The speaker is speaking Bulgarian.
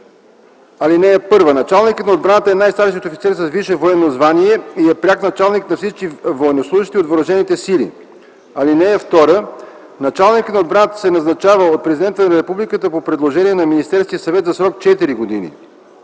83. (1) Началникът на отбраната е най-старшият офицер с висше военно звание и е пряк началник на всички военнослужещи от въоръжените сили. (2) Началникът на отбраната се назначава от Президента на Републиката по предложение на Министерския съвет за срок 4 години.